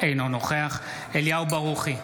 אינו נוכח אליהו ברוכי,